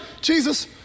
Jesus